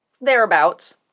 thereabouts